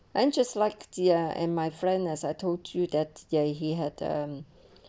and just like ya and my friend as I told you that day he had um